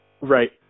Right